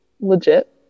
legit